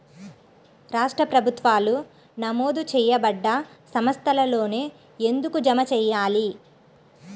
రాష్ట్ర ప్రభుత్వాలు నమోదు చేయబడ్డ సంస్థలలోనే ఎందుకు జమ చెయ్యాలి?